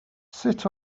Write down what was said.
sut